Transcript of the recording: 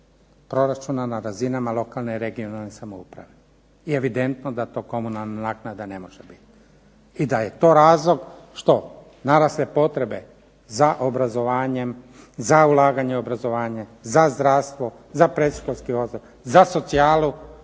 proračuna na razinama lokalne i regionalne samouprave, i evidentno da to komunalna naknada ne može biti, i da je to razlog što narasle potrebe za obrazovanjem, za ulaganje u obrazovanje, za zdravstvo, za predškolski odgoj, za socijalu,